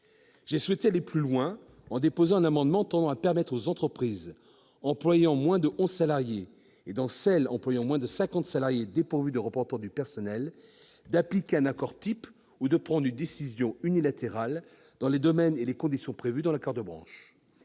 J'ai souhaité aller plus loin, en déposant un amendement tendant à permettre à l'employeur, dans les entreprises employant moins de onze salariés et dans les entreprises employant moins de cinquante salariés dépourvues de représentant du personnel, d'appliquer un accord type ou de prendre une décision unilatérale dans les domaines et les conditions prévus dans l'accord de branche.